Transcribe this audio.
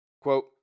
Quote